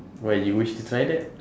why you wish to try that